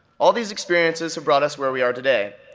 all these experiences have brought us where we are today,